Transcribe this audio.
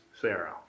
Sarah